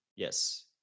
Yes